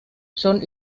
schon